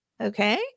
Okay